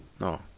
no